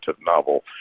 novel